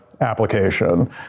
application